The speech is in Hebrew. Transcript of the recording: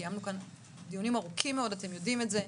קיימנו כאן דיונים ארוכים מאוד, אתם יודעים את זה.